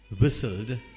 whistled